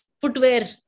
footwear